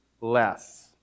less